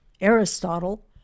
Aristotle